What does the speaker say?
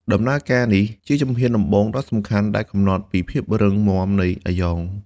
ដំណើរការនេះជាជំហានដំបូងដ៏សំខាន់ដែលកំណត់ពីភាពរឹងមាំនៃអាយ៉ង។